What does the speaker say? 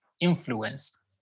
influence